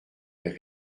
est